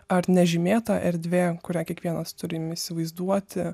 ar nežymėta erdvė kurią kiekvienas turim įsivaizduoti